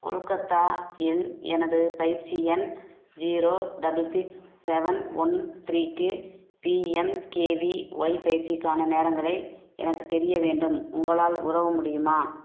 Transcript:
கொல்கத்தா இல் எனது பயிற்சி எண் zero double six seven one த்ரீக்கு பிஎம்கேவிஒய் பயிற்சிக்கான நேரங்களை எனக்குத் தெரிய வேண்டும் உங்களால் உதவ முடியுமா